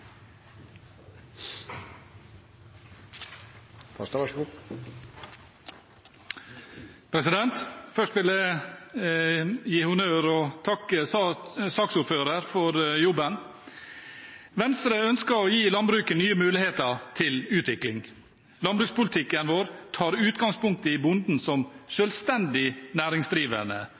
Først vil jeg gi honnør til og takke saksordføreren for jobben. Venstre ønsker å gi landbruket nye muligheter til utvikling. Landbrukspolitikken vår tar utgangspunkt i bonden som selvstendig næringsdrivende,